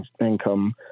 income